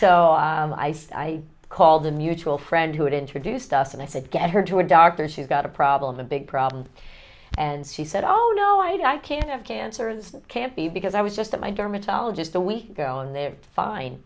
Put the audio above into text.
so i called a mutual friend who had introduced us and i said get her to a doctor she's got a problem a big problem and she said oh no i can't have cancers can't be because i was just at my dermatologist the week ago and they're fine